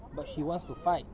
but she wants to fight